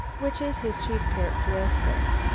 which is his chief characteristic.